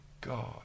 God